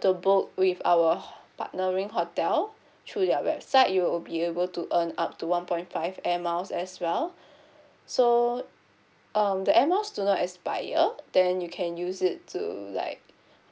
to book with our ho~ partnering hotel through their website you will be able to earn up to one point five air miles as well so um the air miles do not expire then you can use it to like